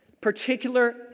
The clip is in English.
Particular